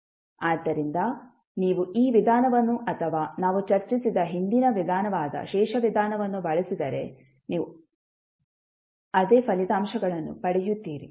ಆದ್ದರಿಂದ ನೀವು ಈ ವಿಧಾನವನ್ನು ಅಥವಾ ನಾವು ಚರ್ಚಿಸಿದ ಹಿಂದಿನ ವಿಧಾನವಾದ ಶೇಷ ವಿಧಾನವನ್ನು ಬಳಸಿದರೆ ನೀವು ಅದೇ ಫಲಿತಾಂಶಗಳನ್ನು ಪಡೆಯುತ್ತೀರಿ